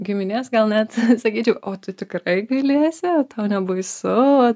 giminės gal net sakyčiau o tu tikrai galėsi o tau nebaisu